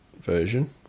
version